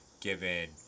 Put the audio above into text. given